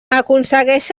aconsegueix